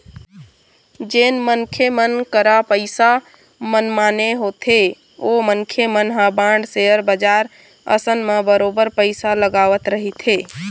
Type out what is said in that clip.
जेन मनखे मन करा पइसा मनमाने होथे ओ मनखे मन ह बांड, सेयर बजार असन म बरोबर पइसा ल लगावत रहिथे